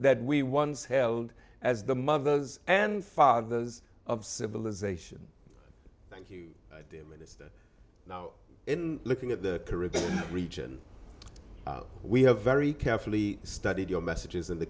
that we once held as the mothers and fathers of civilization thank you minister now in looking at the caribbean region we have very carefully studied your messages in the